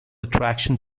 attraction